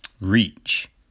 reach